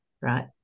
right